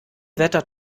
wetter